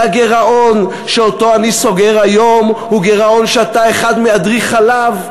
והגירעון שאותו אני סוגר היום הוא גירעון שאתה אחד מאדריכליו.